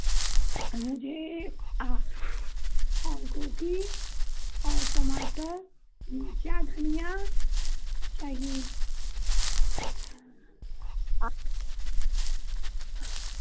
मुझे गोभी और टमाटर मिर्च धनिया चाहिए